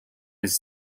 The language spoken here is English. its